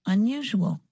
Unusual